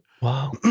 Wow